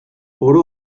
oro